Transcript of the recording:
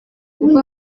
kuko